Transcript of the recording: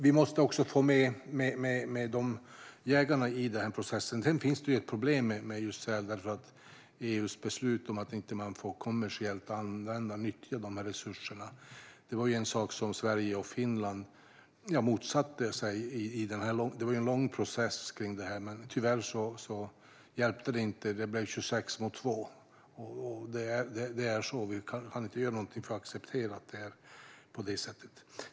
Vi måste alltså även få med jägarna i denna process. Sedan finns det ett problem med just säl på grund av EU:s beslut om att man inte får nyttja dessa resurser kommersiellt. Det var något som Sverige och Finland motsatte sig under den långa processen kring detta. Tyvärr hjälpte det dock inte, utan det blev 26 mot 2. Vi kan inte göra någonting åt det, utan vi får acceptera att det är på det sättet.